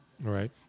Right